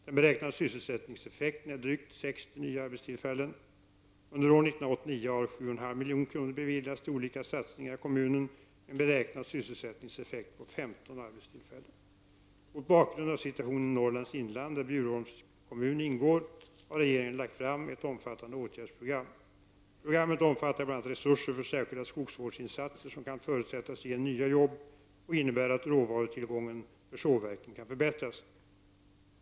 Den beräknade sysselsättningseffekten är drygt 60 nya arbetstillfällen. Under år 1989 har ca 7,5 milj.kr. beviljats till olika satsningar i kommunen med en beräknad sysselsättningseffekt på 15 arbetstillfällen. Mot bakgrund av situationen i Norrlands inland, där Bjurholms kommun ingår, har regeringen lagt fram ett omfattande åtgärdsprogram. Programmet omfattar bl.a. resurser för särskilda skogsvårdsinsatser som kan förutsättas ge nya jobb och innebär att råvarutillgången för sågverken kan förbättras.